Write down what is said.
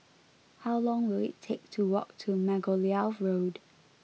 how long will it take to walk to Margoliouth Road